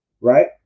right